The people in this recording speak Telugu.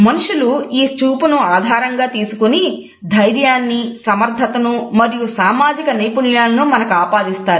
మనుషులు ఈ చూపును ఆధారంగా తీసుకుని సమర్థతను ధైర్యాన్ని మరియు సామాజిక నైపుణ్యాలను మనకు ఆపాదిస్తారు